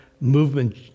movement